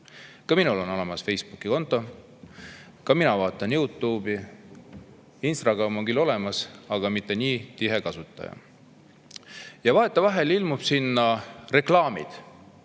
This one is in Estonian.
Ka minul on olemas Facebooki konto, ka mina vaatan YouTube'i. Instagram on küll olemas, aga ma ei ole selle tihe kasutaja. Ja vahetevahel ilmuvad sinna reklaamid.